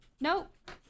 Nope